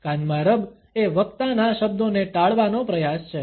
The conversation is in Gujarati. કાનમાં રબ એ વક્તાના શબ્દોને ટાળવાનો પ્રયાસ છે